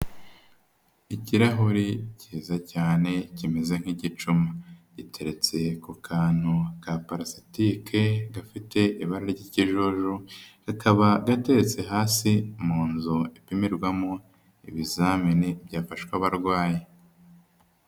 Ikirahuri cyiza cyane kimeze nk'igicuma giteretse ku kantu ka palasitike gafite ibara ry'ikijojo rikaba gateretse hasi mu nzu ipimirwamo ibizamini byafawe abarwayi.